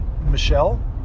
michelle